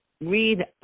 read